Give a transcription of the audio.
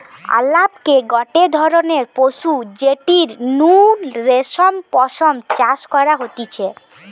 আলাপকে গটে ধরণের পশু যেটির নু রেশম পশম চাষ করা হতিছে